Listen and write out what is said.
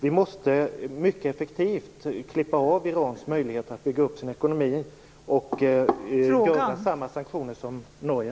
Vi måste mycket effektivt klippa av Irans möjlighet att på detta sätt bygga upp sin ekonomi och införa samma sanktioner som Norge.